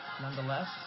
Nonetheless